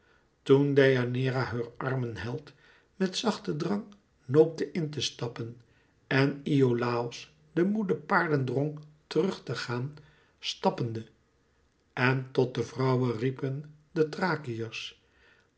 deianeira heur armen held met zachten drang noopte in te stappen en iolàos de moede paarden drong terug te gaan stappende en tot de vrouwe riepen de